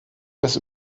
das